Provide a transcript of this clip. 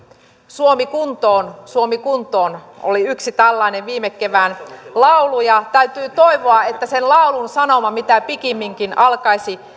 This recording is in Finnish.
suomi kuntoon suomi kuntoon oli yksi tällainen viime kevään laulu ja täytyy toivoa että sen laulun sanoma mitä pikimminkin alkaisi